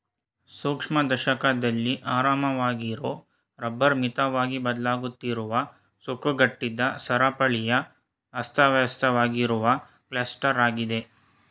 ಸೂಕ್ಷ್ಮದರ್ಶಕದಲ್ಲಿ ಆರಾಮವಾಗಿರೊ ರಬ್ಬರ್ ಮಿತವಾಗಿ ಬದಲಾಗುತ್ತಿರುವ ಸುಕ್ಕುಗಟ್ಟಿದ ಸರಪಳಿಯ ಅಸ್ತವ್ಯಸ್ತವಾಗಿರುವ ಕ್ಲಸ್ಟರಾಗಿದೆ